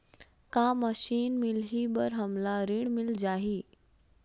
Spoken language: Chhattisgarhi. का मशीन मिलही बर हमला ऋण मिल जाही?